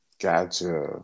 gotcha